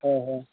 অঁ হয়